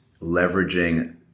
leveraging